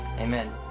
Amen